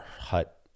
hut